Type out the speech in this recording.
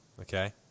Okay